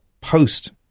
post